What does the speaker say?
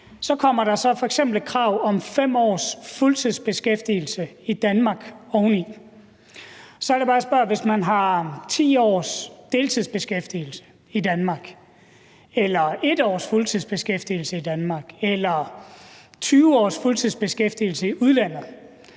Så kommer der f.eks. et krav om 5 års fuldtidsbeskæftigelse i Danmark oveni, og så er det bare, at jeg siger: Hvis man har 10 års deltidsbeskæftigelse i Danmark eller 1 års fuldtidsbeskæftigelse i Danmark eller 20 års fuldtidsbeskæftigelse i udlandet,